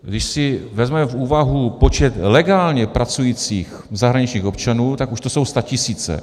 Když si vezmeme v úvahu počet legálně pracujících zahraničních občanů, tak už to jsou statisíce.